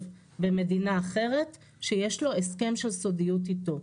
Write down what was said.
במדינה אחרת שיש לו הסכם של סודיות איתו.